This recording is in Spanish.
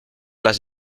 las